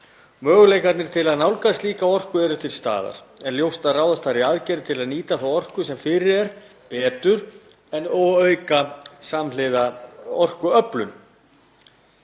Möguleikarnir til að nálgast slíka orku eru til staðar en ljóst er að ráðast þarf í aðgerðir til að nýta þá orku sem fyrir er betur og auka samhliða orkuöflun.